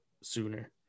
sooner